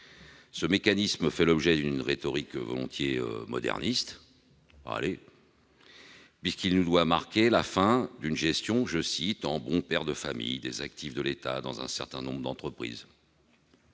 Ce mécanisme fait l'objet d'une rhétorique volontiers moderniste, puisqu'il doit marquer la fin d'une gestion « en bon père de famille [des] actifs de l'État dans un certain nombre d'entreprises »,